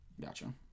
Gotcha